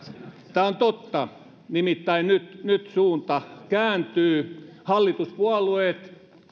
tämä on totta nimittäin nyt nyt suunta kääntyy hallituspuolueet